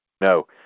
No